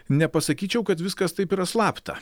nepasakyčiau kad viskas taip yra slapta